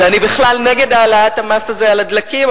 ואני בכלל נגד העלאת המס הזה על הדלקים.